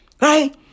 right